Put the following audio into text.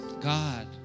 God